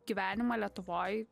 gyvenimą lietuvoj